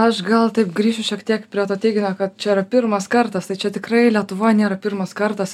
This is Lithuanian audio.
aš gal taip grįšiu šiek tiek prie to teiginio kad čia yra pirmas kartas tai čia tikrai lietuvoj nėra pirmas kartas